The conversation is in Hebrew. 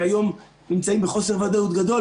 שהיום נמצאים בחוסר ודאות גדול,